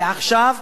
ועכשיו,